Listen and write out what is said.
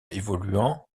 évoluant